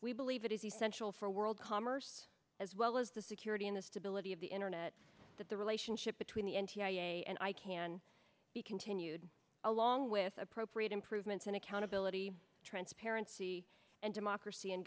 we believe it is essential for world commerce as well as the security and the stability of the internet that the relationship between the n t i a and i can be continued along with appropriate improvements in accountability transparency and democracy and